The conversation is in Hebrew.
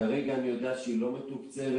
כרגע אני יודע שהיא לא מתוקצבת.